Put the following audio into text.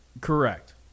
Correct